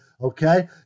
okay